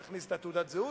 תכניס את תעודת הזהות,